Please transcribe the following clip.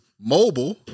mobile